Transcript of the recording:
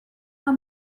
our